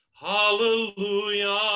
Hallelujah